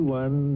one